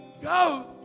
go